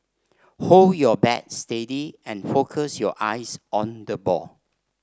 hold your bat steady and focus your eyes on the ball